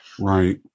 Right